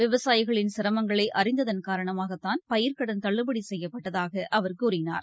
விவசாயிகளின் சிரமங்களைஅறிந்ததள் காரணமாகத்தான் பயிர்க்கடன் தள்ளுபடிசெய்யப்பட்டதாகஅவர் கூறினார்